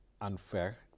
unfair